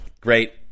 great